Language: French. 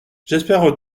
j’espère